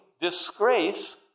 disgrace